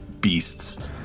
beasts